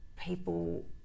people